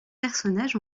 personnages